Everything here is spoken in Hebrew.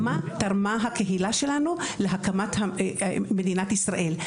חקר מה תרמה הקהילה שלנו להקמת מדינת ישראל.